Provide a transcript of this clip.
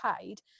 paid